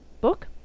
book